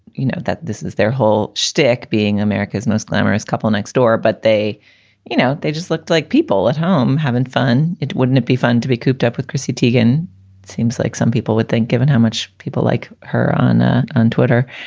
you know, that this is their whole shtick being america's most glamorous couple next door. but they you know, they just looked like people at home having fun. it wouldn't it be fun to be cooped up with chrissy teigen? it seems like some people would think, given how much people like her on ah on twitter.